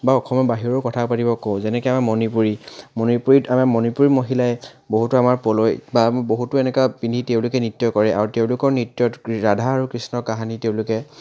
বা অসমৰ বাহিৰৰ কথা পাতিব কওঁ যেনেকৈ আমাৰ মণিপুৰী মণিপুৰীত আমাৰ মণিপুৰী মহিলাই বহুতো আমাৰ পলই বা বহুতো এনেকুৱা পিন্ধি তেওঁলোকে নৃত্য কৰে আৰু তেওঁলোকৰ নৃত্যত ৰাধা আৰু কৃষ্ণৰ কাহিনী তেওঁলোকে